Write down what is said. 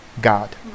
God